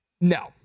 no